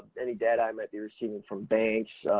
any data i might be receiving from banks,